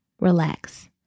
Relax